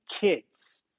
kids